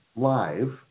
live